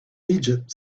egypt